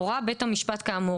הורה בית המשפט כאמור,